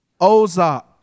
Ozark